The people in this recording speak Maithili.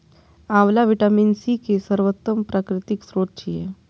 आंवला विटामिन सी के सर्वोत्तम प्राकृतिक स्रोत छियै